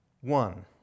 One